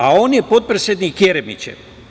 A on je potpredsednik Jeremićev.